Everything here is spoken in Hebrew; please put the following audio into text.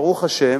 ברוך השם